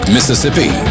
Mississippi